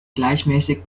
gleichmäßig